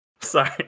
Sorry